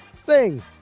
Sing